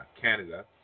Canada